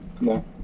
No